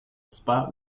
spot